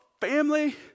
Family